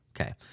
Okay